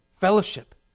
Fellowship